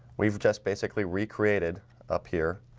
we've just basically recreated up here